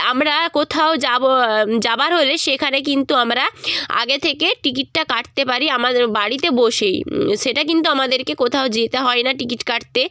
আমরা কোথাও যাব যাবার হলে সেখানে কিন্তু আমরা আগে থেকে টিকিটটা কাটতে পারি আমার বাড়িতে বসেই সেটা কিন্তু আমাদেরকে কোথাও যেতে হয় না টিকিট কাটতে